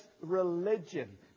religion